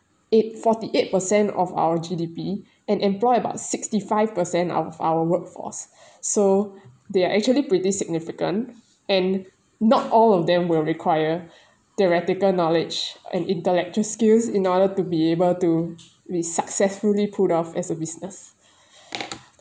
eight forty eight percent of our G_D_P and employ about sixty five percent of our workforce so they are actually pretty significant and not all of them will require theoretical knowledge and intellectual skills in order to be able to be successfully pulled off as a business